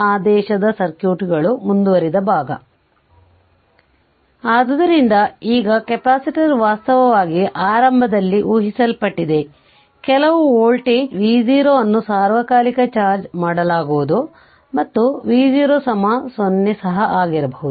ಆದ್ದರಿಂದ ಈಗ ಕೆಪಾಸಿಟರ್ ವಾಸ್ತವವಾಗಿ ಆರಂಭದಲ್ಲಿ ಊಹಿಸಲ್ಪಟ್ಟಿದೆ ಕೆಲವು ವೋಲ್ಟೇಜ್ v0 ಅನ್ನು ಸಾರ್ವಕಾಲಿಕ ಚಾರ್ಜ್ ಮಾಡಲಾಗುವುದು ಮತ್ತು v0 0 ಸಹ ಆಗಿರಬಹುದು